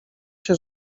się